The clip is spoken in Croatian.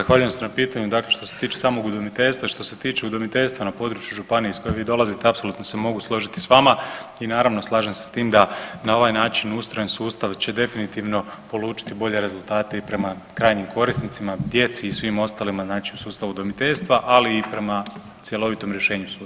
Zahvaljujem se na pitanju, dakle što se tiče samog udomiteljstva i što se tiče udomiteljstva na području županije iz koje vi dolazite apsolutno se mogu složiti s vama i naravno slažem se s tim da na ovaj način ustrojen sustav će definitivno polučiti bolje rezultate i prema krajnjim korisnicima, djeci i svim ostalima znači u sustavu udomiteljstva, ali i prema cjelovitom rješenju sustava.